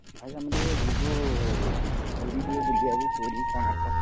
ଭାଇ ଆମେ ଟିକିଏ ଯିବୁ ପୁରୀ ଟିକିଏ ବୁଲିବାକୁ ପୁରୀ କୋଣାର୍କ